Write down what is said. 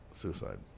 Suicide